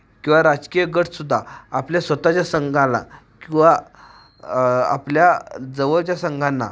किंवा राजकीय गटसुद्धा आपल्या स्वतःच्या संघाला किंवा आपल्या जवळच्या संघांना